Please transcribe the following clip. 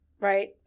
Right